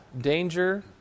danger